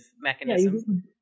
mechanism